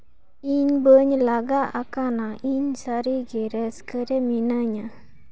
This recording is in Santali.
ᱤᱧ ᱵᱟᱹᱧ ᱞᱟᱸᱜᱟ ᱟᱠᱟᱱᱟ ᱤᱧ ᱥᱟᱹᱨᱤᱜᱮ ᱨᱟᱹᱥᱠᱟᱹᱨᱮ ᱢᱤᱱᱟᱹᱧᱟ